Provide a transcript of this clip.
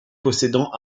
possédant